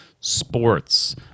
sports